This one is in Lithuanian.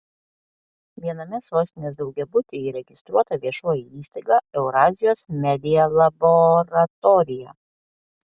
viename sostinės daugiabutyje įregistruota viešoji įstaiga eurazijos media laboratorija